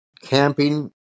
camping